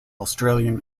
australian